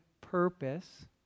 purpose